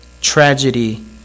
tragedy